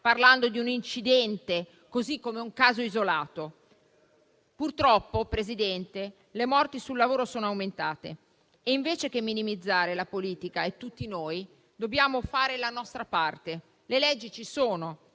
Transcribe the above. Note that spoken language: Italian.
parlando di un incidente, come di un caso isolato. Purtroppo, Presidente, le morti sul lavoro sono aumentate e, invece che minimizzare, la politica e tutti noi dobbiamo fare la nostra parte. Le leggi ci sono.